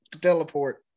teleport